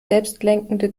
selbstlenkende